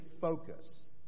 focus